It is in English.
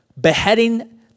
beheading